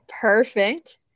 Perfect